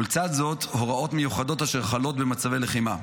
ולצד זאת הוראות מיוחדות אשר חלות במצבי לחימה.